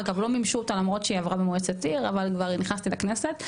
אגב לא מימשו אותה למרות שהיא עברה במועצת עיר אבל כבר נכנסתי לכנסת,